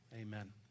Amen